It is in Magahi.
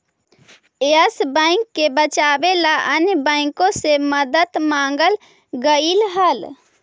यस बैंक के बचावे ला अन्य बाँकों से मदद मांगल गईल हल